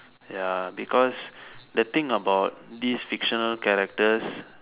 ya because the thing about these fictional characters